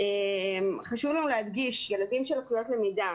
חשוב לנו להדגיש שילדים עם לקויות למידה,